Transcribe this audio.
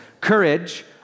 courage